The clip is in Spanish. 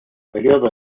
periodo